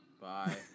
Bye